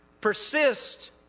Persist